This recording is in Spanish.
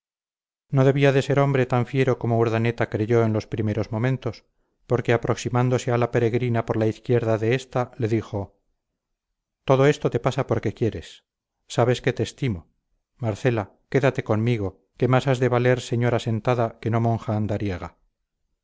no debía de ser hombre tan fiero como urdaneta creyó en los primeros momentos porque aproximándose a la peregrina por la izquierda de esta le dijo todo esto te pasa porque quieres sabes que te estimo marcela quédate conmigo que más has de valer señora sentada que no monja andariega